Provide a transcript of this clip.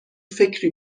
فکری